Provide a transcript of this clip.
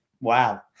wow